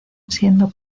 siendo